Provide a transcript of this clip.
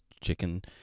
chicken